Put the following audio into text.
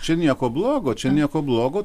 čia nieko blogo čia nieko blogo